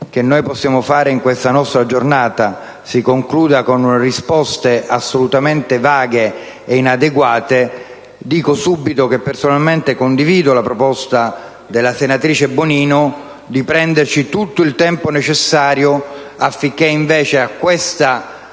che possiamo svolgere in questa nostra giornata si concluda con risposte assolutamente vaghe e inadeguate, dico subito che condivido la proposta della senatrice Bonino di prenderci tutto il tempo necessario affinché a questa